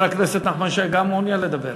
גם חבר הכנסת נחמן שי מעוניין לדבר.